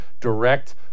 direct